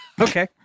Okay